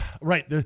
Right